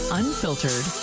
unfiltered